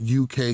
UK